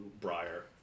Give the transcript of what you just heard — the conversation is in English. briar